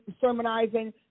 sermonizing